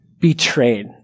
betrayed